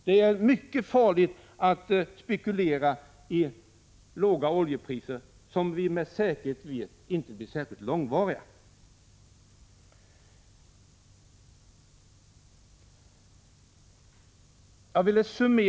Det är mycket farligt att spekulera i låga oljepriser — priser som med säkerhet inte kommer att gälla under någon längre tid.